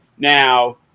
Now